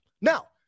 Now